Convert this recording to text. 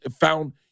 found